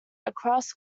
across